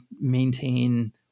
maintain